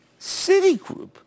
Citigroup